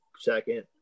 second